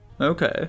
Okay